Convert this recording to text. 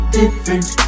different